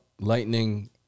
Lightning